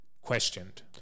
questioned